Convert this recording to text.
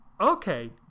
Okay